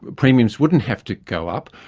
but premiums wouldn't have to go up.